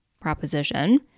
proposition